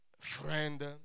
friend